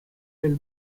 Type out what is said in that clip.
del